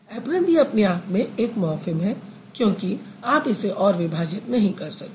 apron भी अपने आप में एक मॉर्फ़िम है क्योंकि आप इसे और विभाजित नहीं कर सकते